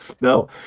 no